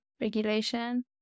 regulation